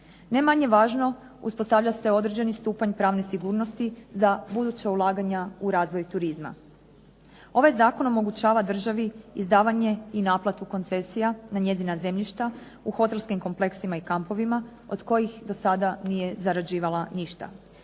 Ne manje važno, uspostavlja se određeni stupanj pravne sigurnosti za buduća ulaganja u razvoj turizma. Ovaj zakon omogućava državi izdavanje i naplatu koncesija na njezina zemljišta u hotelskim kompleksima i kampovima od kojih do sada nije zarađivala ništa.